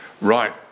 right